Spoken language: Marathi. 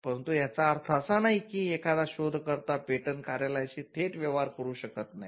परंतु याचा अर्थ असा नाही की एखादा शोधकर्ता पेटंट कार्यालयाशी थेट व्यवहार करू शकत नाही